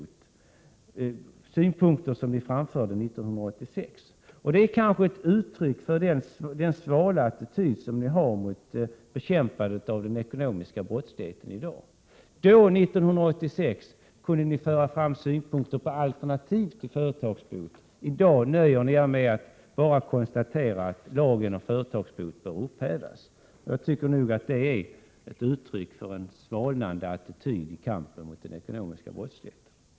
Sådana synpunkter framförde ni 1986. Detta är kanske ett uttryck för den svala attityd ni i dag intar mot bekämpandet av den ekonomiska brottsligheten. År 1986 kunde ni föra fram synpunkter på alternativ till företagsbot. I dag nöjer ni er med att konstatera att lagen om företagsbot bör upphävas. Jag tycker nog att det är ett uttryck för en svalnande attityd i kampen mot den ekonomiska brottsligheten.